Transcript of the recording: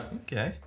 okay